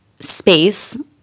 space